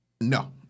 No